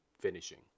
finishing